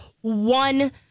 one